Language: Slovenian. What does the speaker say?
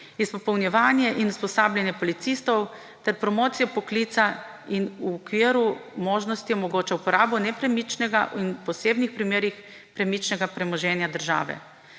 izpopolnjevanje in usposabljanje policistov ter promocijo poklica policista in jim v okviru možnosti omogoča uporabo nepremičnega in v posebnih primerih premičnega premoženja države.